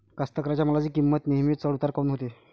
कास्तकाराइच्या मालाची किंमत नेहमी चढ उतार काऊन होते?